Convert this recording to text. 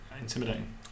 intimidating